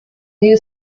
new